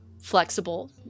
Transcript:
flexible